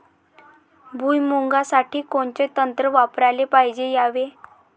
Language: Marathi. भुइमुगा साठी कोनचं तंत्र वापराले पायजे यावे?